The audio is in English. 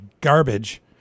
garbage